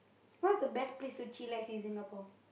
what's the best place to chillax in Singapore